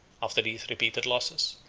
after these repeated losses,